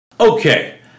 Okay